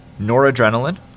Noradrenaline